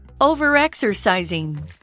Over-exercising